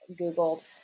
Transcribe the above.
Googled